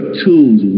tools